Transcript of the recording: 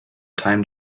time